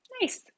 nice